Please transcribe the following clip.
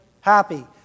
happy